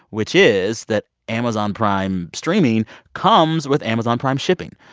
which is that amazon prime streaming comes with amazon prime shipping,